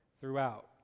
throughout